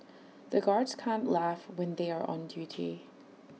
the guards can't laugh when they are on duty